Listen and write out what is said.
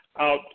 out